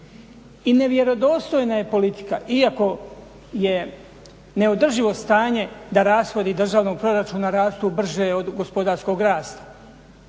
I nevjerodostojna je politika, iako je neodrživo stanje da rashodi državnog proračuna rastu brže od gospodarskog rasta,